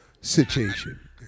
situation